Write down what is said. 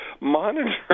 monitor